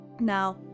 now